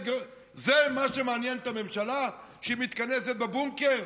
זה מה שמעניין את הממשלה, שהיא מתכנסת בבונקר?